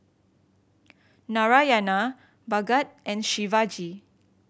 Narayana Bhagat and Shivaji